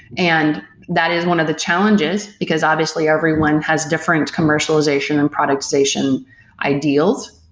and that is one of the challenges, because obviously everyone has different commercialization and productization ideals.